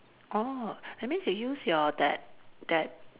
orh that means you use your that that